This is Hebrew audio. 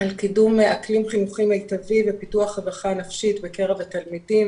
על קידום אקלים חינוכי מיטבי ופיתוח העצמה נפשית בקרב התלמידים.